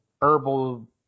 herbal